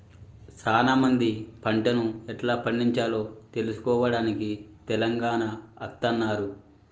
సానా మంది పంటను ఎట్లా పండిచాలో తెలుసుకోవడానికి తెలంగాణ అత్తన్నారు